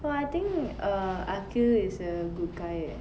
well I think err aqil is a good guy eh